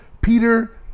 Peter